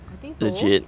I think so